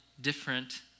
different